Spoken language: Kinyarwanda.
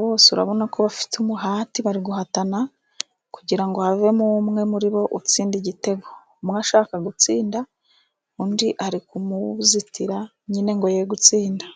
Bose urabona ko bafite umuhati, bari guhatana kugira ngo havemo umwe muri bo utsinda igitego. Umwe ashaka gutsinda undi ari kumuzitira nyine ngo ye gutsinda.